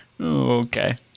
Okay